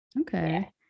okay